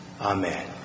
Amen